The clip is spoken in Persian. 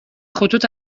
خطوط